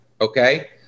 okay